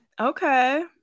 Okay